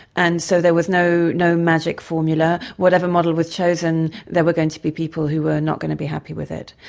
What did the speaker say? and so there was no no magic formula. whatever model was chosen, there were going to be people who were not going to be happy with it.